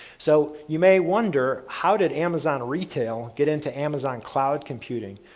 so, you may wonder how did amazon retail get into amazon cloud computing?